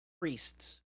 Priests